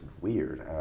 weird